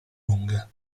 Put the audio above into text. lunga